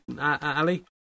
Ali